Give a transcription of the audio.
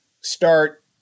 start